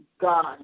God